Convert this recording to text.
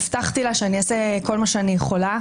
אני הבטחתי לה שאני אעשה כל מה שאני יכולה.